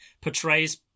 portrays